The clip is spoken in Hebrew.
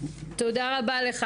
תודה רבה על מה